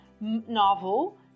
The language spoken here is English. novel